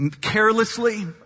carelessly